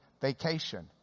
vacation